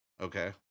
okay